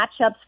matchups